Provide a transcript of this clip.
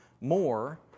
more